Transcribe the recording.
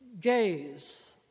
gaze